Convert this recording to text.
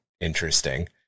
interesting